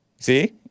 See